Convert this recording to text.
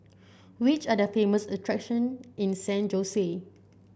which are the famous attraction in San Jose